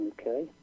Okay